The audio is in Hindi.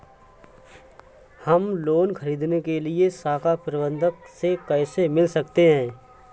हम लोन ख़रीदने के लिए शाखा प्रबंधक से कैसे मिल सकते हैं?